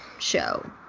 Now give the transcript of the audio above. show